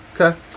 Okay